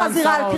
לא רגע.